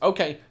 Okay